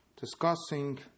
discussing